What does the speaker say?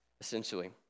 essentially